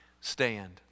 stand